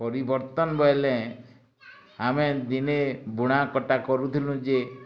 ପରିବର୍ତ୍ତନ ବୋଇଲେ ଆମେ ଦିନେ ବୁଣା କଟା କରୁଥିଲୁ ଯେ